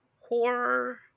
horror